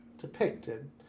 depicted